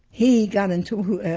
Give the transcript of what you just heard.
he got into